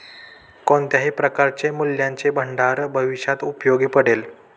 कोणत्याही प्रकारचे मूल्याचे भांडार भविष्यात उपयोगी पडेल